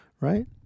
right